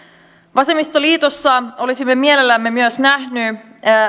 vasemmistoliitossa olisimme mielellämme myös nähneet